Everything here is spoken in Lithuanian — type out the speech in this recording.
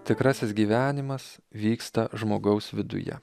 tikrasis gyvenimas vyksta žmogaus viduje